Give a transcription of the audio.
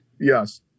yes